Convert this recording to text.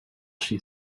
she